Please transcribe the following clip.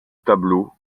tableaux